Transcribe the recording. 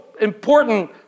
important